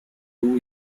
two